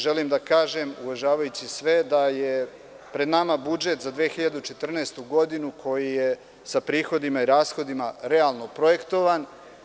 Želim da kažem uvažavajući sve, da je pred nama budžet za 2014. godinu koji je sa prihodima i rashodima realno projektovan.